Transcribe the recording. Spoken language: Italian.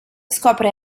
scopre